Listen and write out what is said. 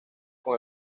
con